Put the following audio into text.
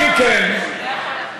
אם כן,